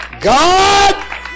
God